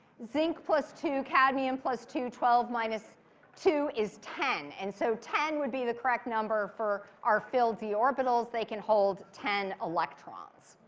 zinc plus two, cadmium plus two, twelve minus two is ten. and so ten would be the correct number for our field d orbitals. they can hold ten electrons.